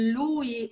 lui